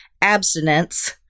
abstinence